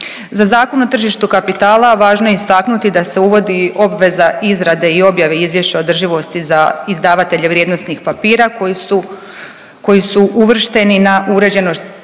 Za Zakon o tržištu kapitala važno je istaknuti da se uvodi obveza izrade i objave izvješća održivosti za izdavatelje vrijednosnih papira koji su, koji su uvršteni na uređeno tržište